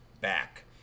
back